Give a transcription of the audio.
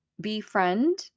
befriend